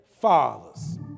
fathers